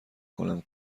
کنم